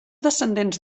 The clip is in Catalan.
descendents